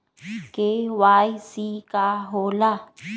KYC का होला?